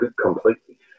completely